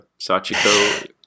Sachiko